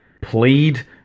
plead